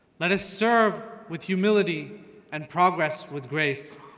let us serve with humility and progress with grace.